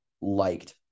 liked